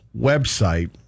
website